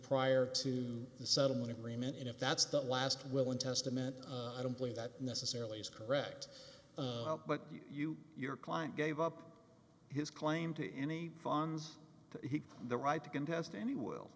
prior to the settlement agreement and if that's the last will and testament i don't plea that necessarily is correct but you your client gave up his claim to any farms he the right to contest any will